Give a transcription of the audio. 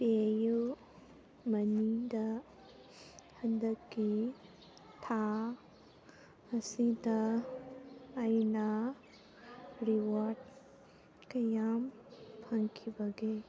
PayU ꯃꯅꯤꯗ ꯍꯟꯗꯛꯀꯤ ꯊꯥ ꯑꯁꯤꯗ ꯑꯩꯅ ꯔꯤꯋꯥꯔꯗ ꯀꯌꯥꯝ ꯐꯪꯈꯤꯕꯒꯦ